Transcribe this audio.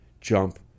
Jump